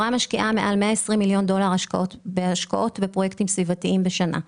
ומעל ל-120 מיליון דולר בהשקעות בפרויקטים סביבתיים בשנה.